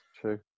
True